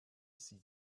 sie